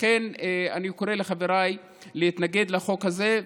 לכן אני קורא לחבריי להתנגד לחוק הזה,